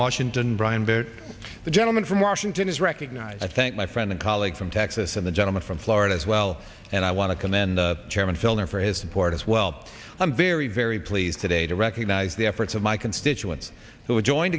washington brian baird the gentleman from washington is recognized i thank my friend and colleague from texas and the gentleman from florida as well and i want to commend chairman filner for his support as well i'm very very pleased today to recognize the efforts of my constituents who will join